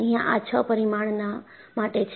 અહિયાં આ છ પરિમાણના માટે છે